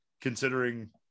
considering